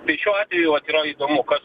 tai šiuo atveju vat yra įdomu kas